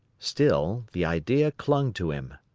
still, the idea clung to him.